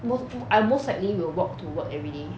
mos~ I most likely will walk to work everyday